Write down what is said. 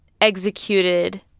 executed